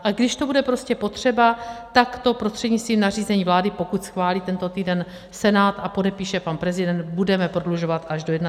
A když to bude prostě potřeba, tak to prostřednictvím nařízení vlády, pokud schválí tento týden Senát a podepíše pan prezident, budeme prodlužovat až do 31. srpna.